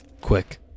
quick